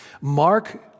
Mark